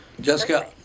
Jessica